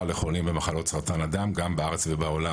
לחולים במחלות סרטן הדם גם בארץ ובעולם,